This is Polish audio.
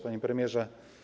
Panie Premierze!